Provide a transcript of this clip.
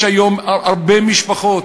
יש היום הרבה משפחות